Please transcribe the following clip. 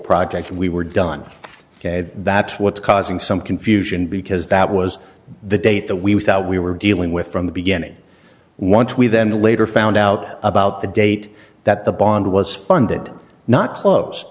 project and we were done ok that's what's causing some confusion because that was the date that we thought we were dealing with from the beginning once we then later found out about the date that the bond was funded not closed